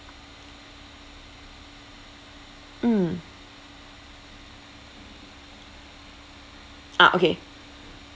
mm ah okay